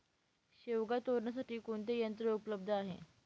शेवगा तोडण्यासाठी कोणते यंत्र उपलब्ध आहे?